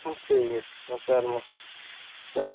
ଠିକ୍ ଅଛି ହଉ